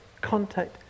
contact